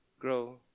grow